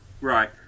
Right